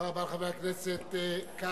תודה רבה לחבר הכנסת כבל.